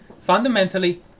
Fundamentally